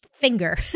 finger